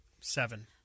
Seven